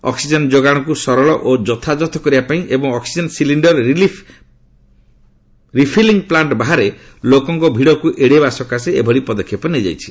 oxygen ଯୋଗାଣକୁ ସରଳ ଓ ଯଥାଯଥ କରିବା ପାଇଁ ଏବଂ ଅକ୍ନିଜେନ ସିଲିଣ୍ଡର ରିଫିଲିଙ୍ଗ ପ୍ଲାଷ୍ଟ ବାହାରେ ଲୋକଙ୍କ ଭିଡ଼କୁ ଏଡ଼ାଇବା ସକାଶେ ଏଭଳି ପଦକ୍ଷେପ ନିଆଯାଇଛି